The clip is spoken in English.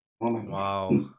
Wow